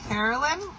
Carolyn